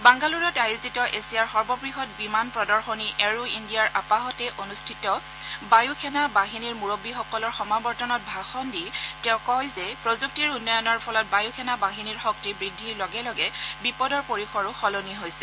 বাংগালুৰুত আয়োজিত এছীয়াৰ সৰ্ববৃহৎ বিমান প্ৰদশনী এৰো ইণ্ডিয়াৰ আপাহতে অনুষ্ঠিত বায়ু সেনা বাহিনীৰ মুৰবীসকলৰ সমাৱৰ্তনত ভাষণ দি তেওঁ কয় যে প্ৰযুক্তিৰ উন্নয়নৰ ফলত বায়ু সেনা বাহিনীৰ শক্তি বৃদ্ধিৰ লগে লগে বিপদৰ পৰিসৰো সলনি হৈছে